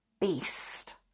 beast